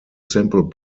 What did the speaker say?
simple